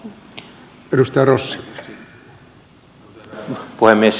arvoisa herra puhemies